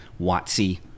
Watsy